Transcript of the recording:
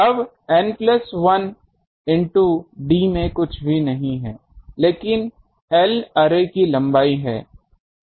अब N plus 1 into d में कुछ भी नहीं है लेकिन L अर्रे की लंबाई है